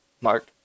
Mark